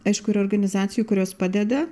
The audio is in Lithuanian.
aišku yra organizacijų kurios padeda